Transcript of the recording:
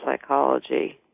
psychology